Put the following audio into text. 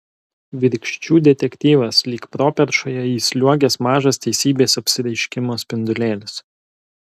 virkščių detektyvas lyg properšoje įsliuogęs mažas teisybės apsireiškimo spindulėlis